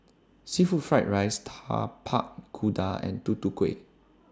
Seafood Fried Rice Tapak Kuda and Tutu Kueh